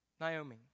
Naomi